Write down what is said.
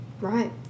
Right